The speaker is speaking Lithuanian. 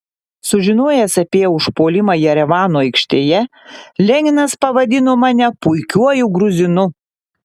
sužinojęs apie užpuolimą jerevano aikštėje leninas pavadino mane puikiuoju gruzinu